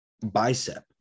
bicep